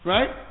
Right